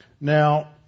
Now